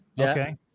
Okay